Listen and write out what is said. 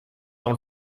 dans